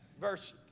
verse